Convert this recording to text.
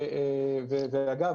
ואגב,